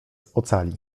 ocali